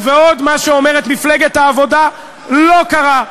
בעוד מה שאומרת מפלגת העבודה לא קרה.